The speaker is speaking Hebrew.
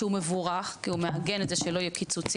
שהוא מבורך כי הוא מעגן את זה שלא יהיו קיצוצים,